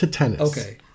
Okay